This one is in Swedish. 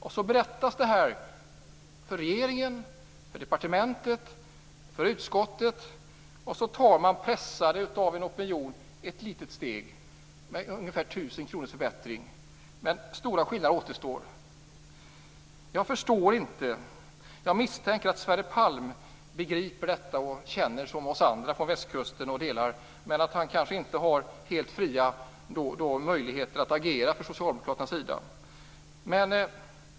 Detta berättas för regeringen, departementet och utskottet. Pressad av en opinion tar man så ett litet steg. Det rör sig om en förbättring med ungefär 1 000 kr. Stora skillnader finns dock fortfarande. Jag förstår inte detta. Jag misstänker att Sverre Palm begriper det här och känner som exempelvis vi andra från västkusten. Kanske är han inte helt fri att agera från Socialdemokraternas sida.